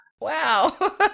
Wow